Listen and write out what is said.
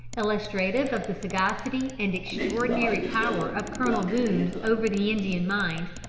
illustrative of the sagacity and extraordinary power of colonel boone over the indian mind,